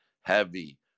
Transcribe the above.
heavy